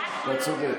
אתה צודק.